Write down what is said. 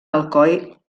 alcoi